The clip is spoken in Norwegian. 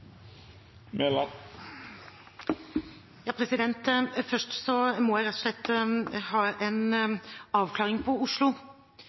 Først må jeg rett og slett ha en avklaring når det gjelder Oslo,